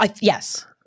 Yes